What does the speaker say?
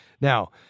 Now